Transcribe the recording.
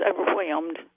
overwhelmed